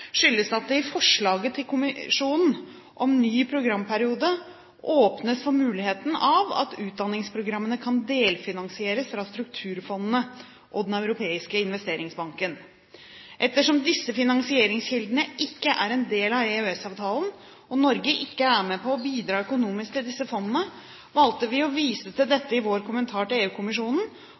skyldes at det i forslaget til kommisjonen om ny programperiode åpnes for muligheten av at utdanningsprogrammene kan delfinansieres fra strukturfondene og Den europeiske investeringsbanken. Ettersom disse finansieringskildene ikke er en del av EØS-avtalen, og Norge ikke er med på å bidra økonomisk til disse fondene, valgte vi å vise til dette i vår kommentar til